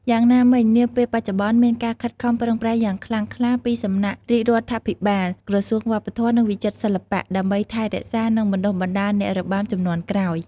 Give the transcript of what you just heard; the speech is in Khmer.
យ៉ាងណាមិញ នាពេលបច្ចុប្បន្ន មានការខិតខំប្រឹងប្រែងយ៉ាងខ្លាំងក្លាពីសំណាក់រាជរដ្ឋាភិបាល ក្រសួងវប្បធម៌ និងវិចិត្រសិល្បៈ ដើម្បីថែរក្សា និងបណ្តុះបណ្តាលអ្នករបាំជំនាន់ក្រោយ។